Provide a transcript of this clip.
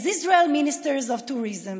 כשרת התיירות של ישראל,